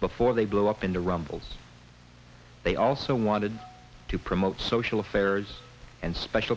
before they blow up in the rumble they also wanted to promote social affairs and special